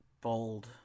Bold